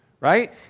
right